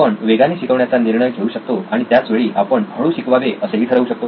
आपण वेगाने शिकवण्याचा निर्णय घेऊ शकतो आणि त्याच वेळी आपण हळू शिकवावे असेही ठरवू शकतो